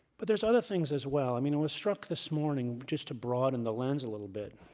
but there's other things as well. i mean i was struck this morning, just to broaden the lens a little bit,